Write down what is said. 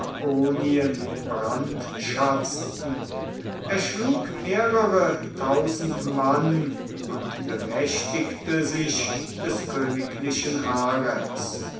brandschatzten erschlug mehrere tausend mann und bemächtigte sich des königlichen harems